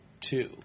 two